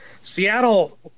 Seattle